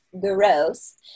gross